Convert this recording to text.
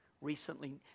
recently